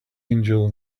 angel